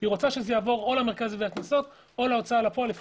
היא רוצה שזה יעבור או למרכז לגביית קנסות או להוצאה לפועל,